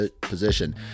position